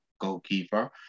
goalkeeper